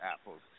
apples